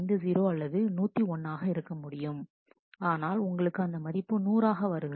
50 அல்லது 101 ஆக இருக்க முடியும் ஆனால் உங்களுக்கு அந்த மதிப்பு நூறாக வருகிறது